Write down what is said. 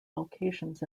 locations